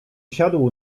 siadł